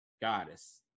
Goddess